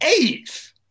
eighth